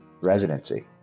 residency